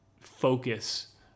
focus